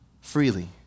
freely